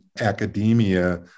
academia